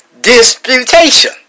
disputation